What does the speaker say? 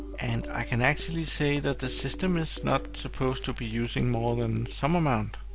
and i can actually say that the system is not supposed to be using more than some amount